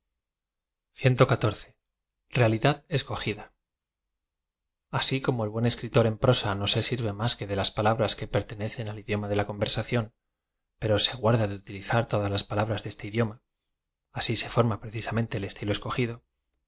realidad escogida a s i como el buen escritor en prosa no se airve más que de las palabras que pertenecen al idioma de la conversación pero se guarda de utilizar todas las pa labras de este idiom a asi se forma precisamente el ee tilo escogido